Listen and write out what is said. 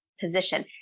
position